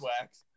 wax